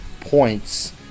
points